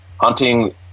hunting